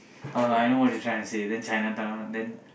uh I know what you trying to say then Chinatown then